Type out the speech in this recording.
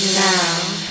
now